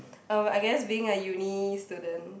erm I guess being a uni student